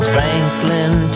Franklin